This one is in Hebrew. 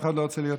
לוקחים לי את